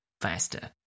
faster